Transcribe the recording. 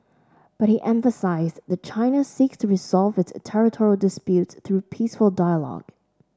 but he emphasised that China seeks to resolve its territorial disputes through peaceful dialogue